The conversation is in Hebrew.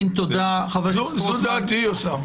זו דעתי, אוסאמה.